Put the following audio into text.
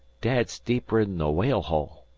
dad's deeper'n the whale-hole.